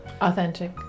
Authentic